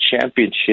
championship